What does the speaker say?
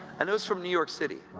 and i was from new york city.